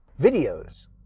videos